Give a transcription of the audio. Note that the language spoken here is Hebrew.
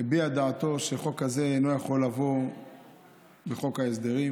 הביע את דעתו שהחוק הזה אינו יכול לבוא בחוק ההסדרים.